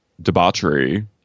debauchery